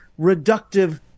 reductive